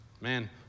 Man